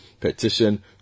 petition